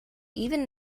even